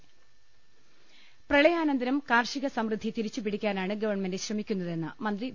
രദ്ദേഷ്ടങ പ്രളയാനന്തരം കാർഷികസമൃദ്ധി തിരിച്ചുപിടിക്കാനാണ് ഗവൺമെന്റ് ശ്രമിക്കുന്നതെന്ന് മന്ത്രി വി